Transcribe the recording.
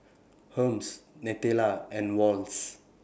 Hermes Nutella and Wall's